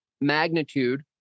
magnitude